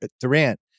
Durant